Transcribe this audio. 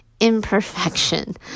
imperfection